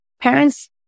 parents